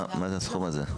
מה זה הסכום הזה?